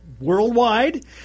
worldwide